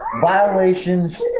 violations